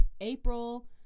April